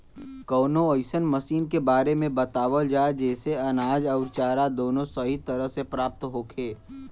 कवनो अइसन मशीन के बारे में बतावल जा जेसे अनाज अउर चारा दोनों सही तरह से प्राप्त होखे?